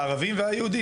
הערבים והיהודים.